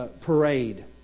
parade